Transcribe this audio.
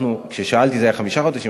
כששאלתי זה היה חמישה חודשים,